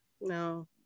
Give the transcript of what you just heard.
No